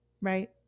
Right